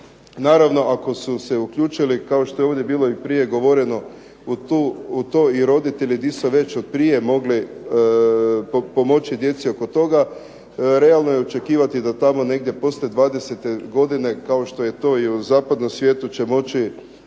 Naravno ako su se uključili kao što je ovdje bilo i prije govoreno u to i roditelji gdje su već i prije mogli pomoći djeci oko toga. Realno je očekivati da tamo negdje poslije 20-te godine kao što je to i u zapadnom svijetu će može,